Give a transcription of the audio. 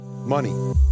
money